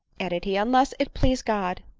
added he, unless it please god.